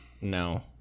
No